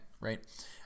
right